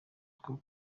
bwo